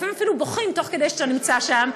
לפעמים הם אפילו בוכים תוך כדי שאתה נמצא שם,